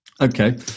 Okay